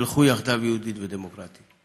ילכו יחדיו יהודית ודמוקרטית.